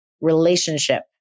relationship